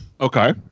Okay